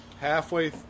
halfway